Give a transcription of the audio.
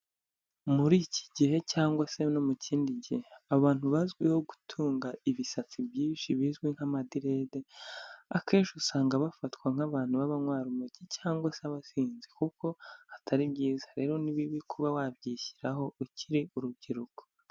Muri iki gihe, cyangwa se no mu kindi gihe. Abantu bazwiho gutunga ibisatsi byinshi bizwi nk'amaderede, akenshi usanga bafatwa nk'abantu b'abanywa urumogi, cyangwa se abasinzi. Kuko atari byiza. Rero ni bibi kuba wabyishyiho, ukiri urubyiruko.